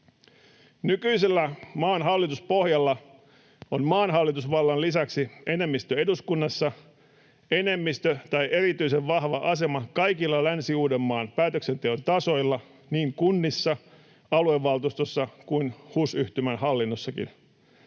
Nykyisellä maan hallituspohjalla on maan hallitusvallan lisäksi enemmistö eduskunnassa ja enemmistö tai erityisen vahva asema kaikilla Länsi-Uudenmaan päätöksenteon tasoilla niin kunnissa, aluevaltuustossa kuin HUS-yhtymän hallinnossakin.